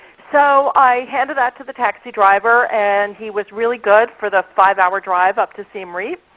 so i handed that to the taxi driver, and he was really good for the five hour drive up to siem reap.